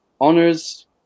honors